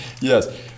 Yes